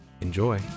Enjoy